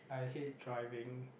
I hate driving